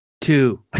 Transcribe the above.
two